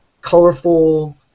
colorful